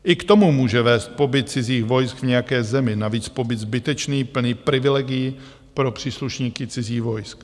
I k tomu může vést pobyt cizích vojsk v nějaké zemi, navíc pobyt zbytečný, plný privilegií pro příslušníky cizích vojsk.